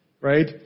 right